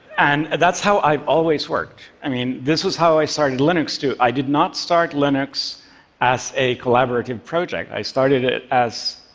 and that's how i've always worked. i mean, this was how i started linux, too. i did not start linux as a collaborative project. i started it as